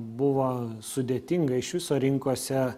buvo sudėtinga iš viso rinkose